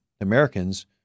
Americans